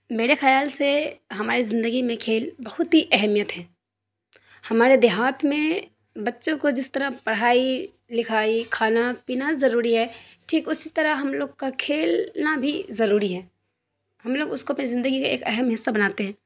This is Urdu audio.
میرے خیال سے ہماری زندگی میں کھیل بہت ہی اہمیت ہے ہمارے دیہات میں بچوں کو جس طرح پڑھائی لکھائی کھانا پینا ضروری ہے ٹھیک اسی طرح ہم لوگ کا کھیلنا بھی ضروری ہے ہم لوگ اس کو اپنی زندگی کا ایک اہم حصہ بناتے ہیں